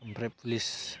ओमफ्राय पुलिस